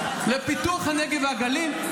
לפיתוח הנגב והגליל.